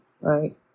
right